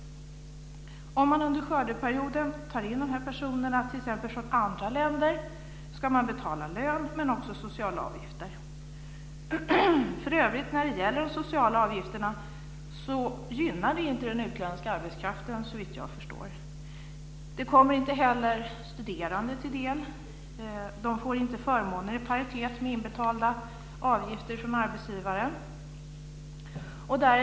Om man under skördeperioden tar in t.ex. personer från andra länder ska man betala lön men också sociala avgifter. För övrigt gynnar inte de sociala avgifterna den utländska arbetskraften såvitt jag förstår. De kommer inte heller studerande till del. De får inte förmåner i paritet med inbetalda avgifter från arbetsgivaren.